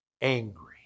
angry